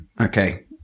Okay